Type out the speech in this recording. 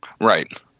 right